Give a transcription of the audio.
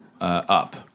up